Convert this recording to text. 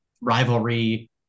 rivalry